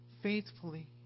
faithfully